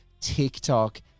TikTok